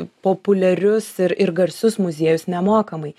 populiarius ir ir garsius muziejus nemokamai